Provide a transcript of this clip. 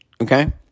okay